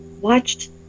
watched